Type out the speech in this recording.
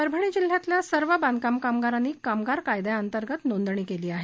परभणी जिल्ह्यातल्या सर्व बांधकाम कामगारांनी कामगार कायद्याअंतर्गत नोंदणी केली आहे